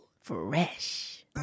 Fresh